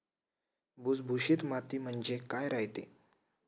भुसभुशीत माती म्हणजे काय रायते?